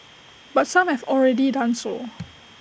but some have already done so